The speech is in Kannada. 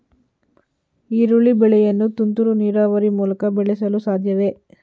ಈರುಳ್ಳಿ ಬೆಳೆಯನ್ನು ತುಂತುರು ನೀರಾವರಿ ಮೂಲಕ ಬೆಳೆಸಲು ಸಾಧ್ಯವೇ?